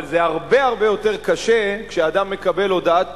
אבל זה הרבה יותר קשה כשאדם מקבל הודעת פיטורין,